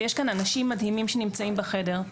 ויש כאן אנשים מדהימים שנמצאים בחדר,